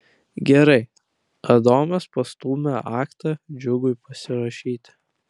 gerai adomas pastūmė aktą džiugui pasirašyti